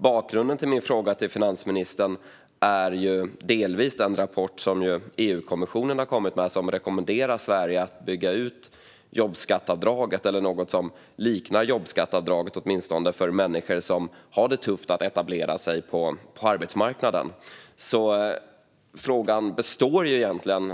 Bakgrunden till min fråga till finansministern är delvis den rapport som EU-kommissionen har kommit med och som rekommenderar Sverige att bygga ut jobbskatteavdraget eller något som åtminstone liknar jobbskatteavdraget för människor som har det tufft att etablera sig på arbetsmarknaden. Frågan